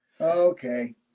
Okay